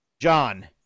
John